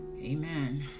amen